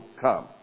come